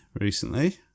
recently